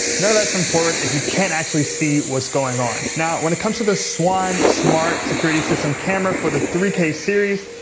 none of that's important if you can't actually see what's going on. when it comes to the swann smart security system camera for the three k series,